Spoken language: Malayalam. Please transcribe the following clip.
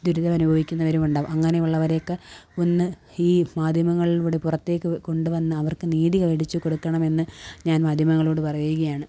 ദുരിതം അനുഭവിക്കുന്നവരുമുണ്ടാകും അങ്ങനെയുള്ളവരെയൊക്കെ ഒന്ന് ഈ മാധ്യമങ്ങളിലൂടെ പുറത്തേക്ക് കൊണ്ടുവന്ന് അവര്ക്ക് നീതി മേടിച്ച് കൊടുക്കണമെന്ന് ഞാന് മാധ്യമങ്ങളോട് പറയുകയാണ്